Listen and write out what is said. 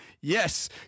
Yes